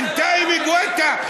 בינתיים גואטה,